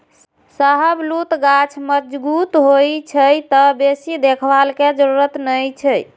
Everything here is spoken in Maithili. शाहबलूत गाछ मजगूत होइ छै, तें बेसी देखभाल के जरूरत नै छै